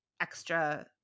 extra